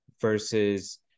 versus